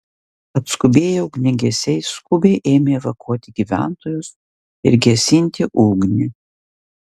atskubėję ugniagesiai skubiai ėmė evakuoti gyventojus ir gesinti ugnį